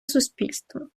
суспільство